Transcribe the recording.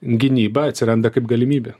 gynyba atsiranda kaip galimybė